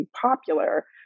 popular